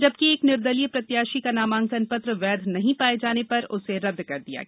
जबकि एक निर्दलीय प्रत्याशी का नामांकन पत्र वैध नहीं पाए जाने पर उसे रद्द कर दिया गया